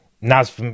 Naz